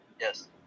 yes